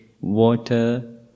water